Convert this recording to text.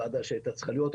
ועדה שהייתה צריכה להיות,